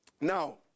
now